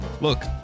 Look